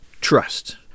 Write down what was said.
trust